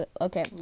Okay